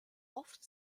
oft